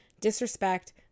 disrespect